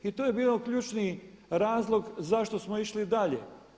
I to je bio ključni razlog zašto smo išli dalje.